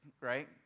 right